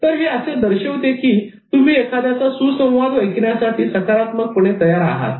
तर हे असे दर्शविते की तुम्ही एखाद्याचा सुसंवाद ऐकण्यासाठी सकारात्मकपणे तयार आहात